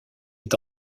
est